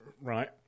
right